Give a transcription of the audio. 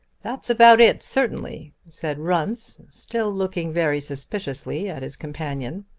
that's about it, certainly, said runce, still looking very suspiciously at his companion.